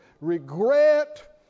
regret